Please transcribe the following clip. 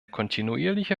kontinuierliche